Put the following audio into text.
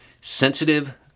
sensitive